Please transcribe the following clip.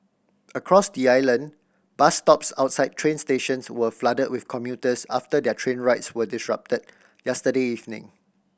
across the island bus stops outside train stations were flooded with commuters after their train rides were disrupted yesterday evening